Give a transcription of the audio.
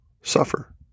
suffer